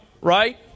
right